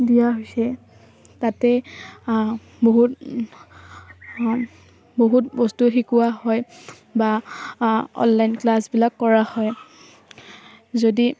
দিয়া হৈছে তাতে বহুত বহুত বস্তু শিকোৱা হয় বা অনলাইন ক্লাছবিলাক কৰা হয় যদি